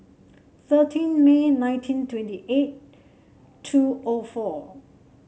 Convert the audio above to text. thirteen May nineteen twenty eight two O four